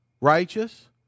righteous